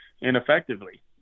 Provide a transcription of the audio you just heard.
ineffectively